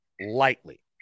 lightly